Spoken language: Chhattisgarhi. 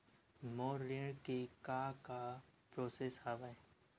मोर ऋण के का का प्रोसेस हवय?